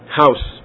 house